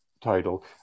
title